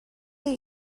that